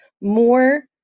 more